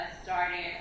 started